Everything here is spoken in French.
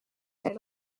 elle